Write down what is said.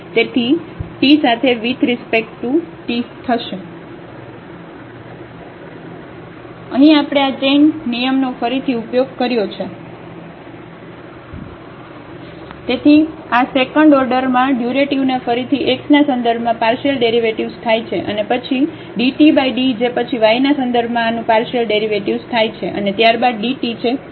તેથી t સાથે with respect to t થશે તેથી અહીં આપણે આ ચેઈન ચેઈન નિયમનો ફરીથી ઉપયોગ કર્યો છે જેથી આ સેકન્ડ ઓર્ડરમાં ડ્યુરેટિવના ફરીથી x ના સંદર્ભમાં પાર્શિયલડેરિવેટિવ્ઝ થાય છે અને પછી dtd જે પછી yના સંદર્ભમાં આનું પાર્શિયલડેરિવેટિવ્ઝ થાય છે અને ત્યારબાદ dt છે k